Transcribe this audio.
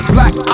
Black